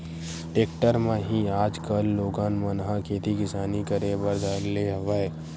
tractor म ही आजकल लोगन मन ह खेती किसानी करे बर धर ले हवय